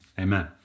Amen